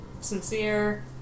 sincere